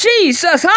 Jesus